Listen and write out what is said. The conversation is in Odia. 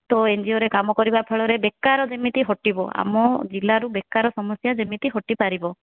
ତ ଏନ୍ଜିଓରେ କାମ କରିବା ଫଳରେ ବେକାର ଯେମିତି ହଟିବ ଆମ ଜିଲ୍ଲାରୁ ବେକାର ସମସ୍ୟା ଯେମିତି ହଟିପାରିବ